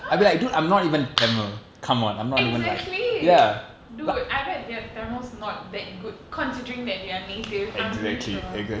!huh! exactly dude I bet their tamil's not that good considering that they are native I'm pretty sure